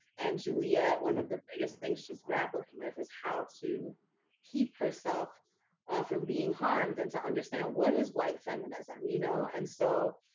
and juliet, one of the biggest things she's grappling with is how to keep herself from being harmed, and to understand what is white feminism, you know, and so.